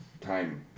time